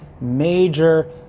major